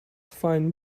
fine